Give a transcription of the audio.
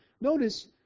Notice